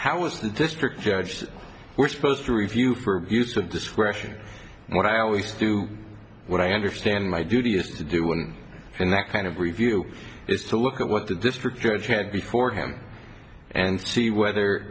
i was the district judge we're supposed to review for abuse of discretion and what i always do when i understand my duty is to do one and that kind of review it's a look at what the district judge had before him and see whether